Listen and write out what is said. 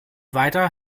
weiter